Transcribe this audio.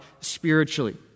spiritually